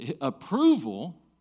approval